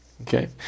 Okay